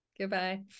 Goodbye